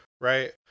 Right